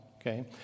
okay